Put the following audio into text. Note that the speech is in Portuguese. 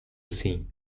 assim